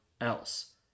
else